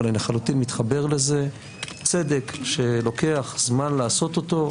אבל אני לחלוטין מתחבר לזה: צדק שלוקח זמן לעשות אותו,